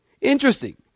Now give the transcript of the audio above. Interesting